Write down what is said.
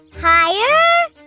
higher